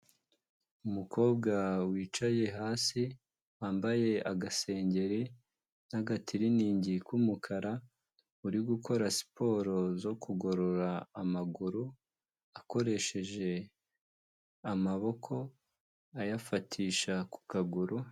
Umukobwa wicaye hasi wambaye agasengeri n'agatiriningi k'umukara uri gukora siporo zo kugorora amaguru akoresheje amaboko ayafatisha ku kaguru.